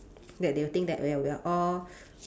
that they will think that we are we are all